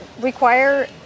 require